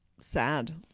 sad